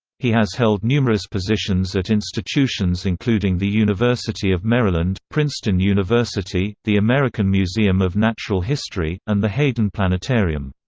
he has held numerous positions at institutions including the university of maryland, princeton university, the american museum of natural history, and the hayden planetarium.